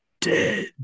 dead